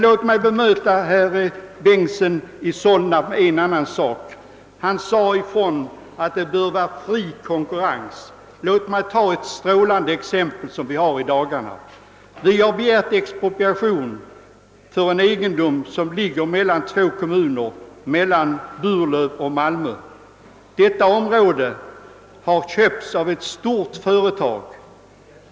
Jag vill bemöta herr Bengtson i Solna beträffande en annan sak. Han sade ifrån att det bör vara fri konkurrens. Låt mig ta ett strålande exempel, som vi har fått i dagarna. Vi har begärt expropriation för en egendom som ligger mellan två kommuner, Burlöv och Malmö. Detta område har köpts av ett stort företag.